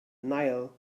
nile